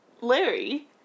Larry